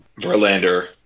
Verlander